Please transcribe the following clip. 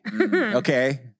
Okay